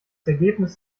ergebnis